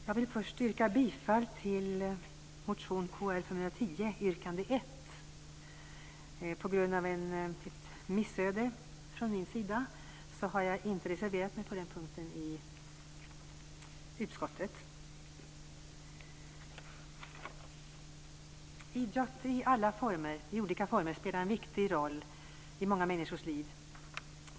Fru talman! Jag vill först yrka bifall till motion Kr510, yrkande 1. På grund av ett missöde från min sida har jag inte reserverat mig på den punkten i utskottet. Idrott i olika former spelar en viktig roll i många människors liv.